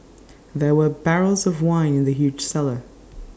there were barrels of wine in the huge cellar